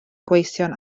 gweision